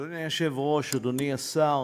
אדוני היושב-ראש, אדוני השר,